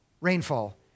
rainfall